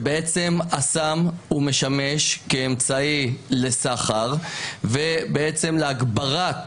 שבעצם הסם משמש כאמצעי לסחר ובעצם להגברת